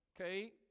Okay